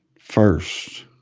first